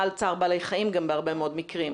על צער בעלי חיים גם בהרבה מאוד מקרים.